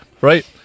Right